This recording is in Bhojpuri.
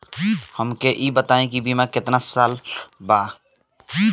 हमके ई बताई कि बीमा केतना साल ला कम से कम होई?